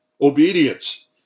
obedience